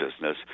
business